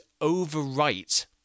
overwrite